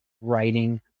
writing